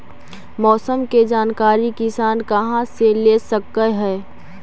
मौसम के जानकारी किसान कहा से ले सकै है?